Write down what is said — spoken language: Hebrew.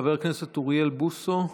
חבר הכנסת אוריאל בוסו.